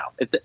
now